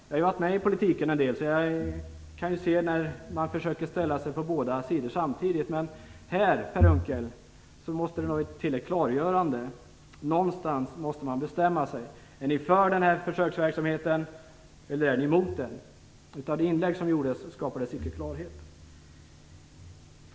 Jag har varit med i politiken en del, så jag kan se när man försöker ställa sig på båda sidor samtidigt. Men här måste det nog till ett klarläggande, Per Unckel. Någonstans måste man bestämma sig. Är Moderaterna för försöksverksamheten eller emot den? Av det inlägg som gjordes skapades icke klarhet.